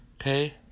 Okay